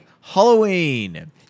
Halloween